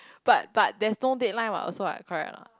but but there's no deadline what also what correct or not